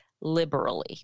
liberally